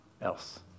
else